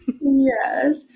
Yes